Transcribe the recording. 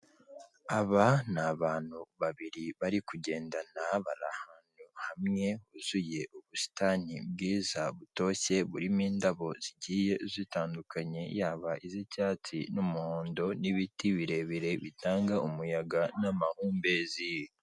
Aba ni abantu babiri bari kugendana, bari ahantu hamwe huzuye ubusitani bwiza butoshye, burimo indabo zigiye zitandukanye, yaba iz'icyatsi n'umuhondo n'ibiti birebire bitanga umuyaga n'amahumbezi.